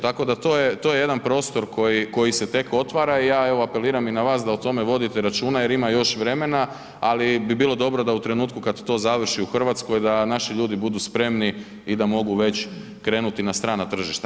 Tako da to je jedan prostor koji se tek otvara i ja evo apeliram i na vas da o tome vodite računa jer ima još vremena ali bi bilo dobro da u trenutku kad to završi u Hrvatskoj da naši ljudi budu spremni i da mogu već krenuti na strana tržišta.